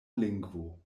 lingvo